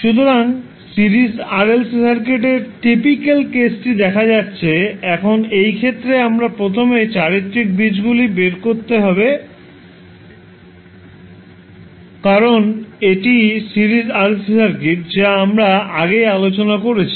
সুতরাং series RLC সার্কিটের typical কেসটি দেখা যাচ্ছে এখন এই ক্ষেত্রে আমাদের প্রথমে চারিত্রিক বীজগুলি বের করতে হবে কারণ এটি সিরিজ RLC সার্কিট যা আমরা আগেই আলোচনা করেছি